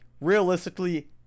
realistically